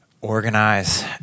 organize